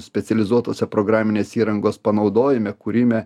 specializuotose programinės įrangos panaudojime kūrime